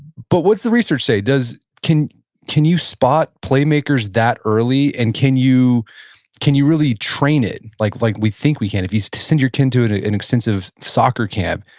but what's the research say? can can you spot playmakers that early, and can you can you really train it like like we think we can? if you send your kid to to an extensive soccer camp,